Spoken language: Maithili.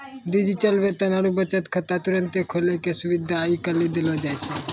डिजिटल वेतन आरु बचत खाता तुरन्ते खोलै के सुविधा आइ काल्हि देलो जाय छै